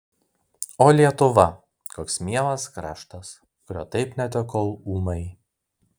o lietuva koks mielas kraštas kurio taip netekau ūmai